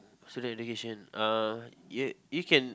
student education uh y~ you can